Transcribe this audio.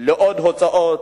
לעוד הוצאות,